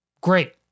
Great